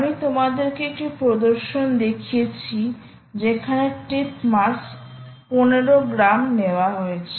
আমি তোমাদেরকে একটি প্রদর্শন দেখিয়েছি যেখানে টিপ মাস 15 গ্রাম নেওয়া হয়েছে